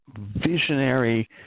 visionary